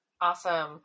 Awesome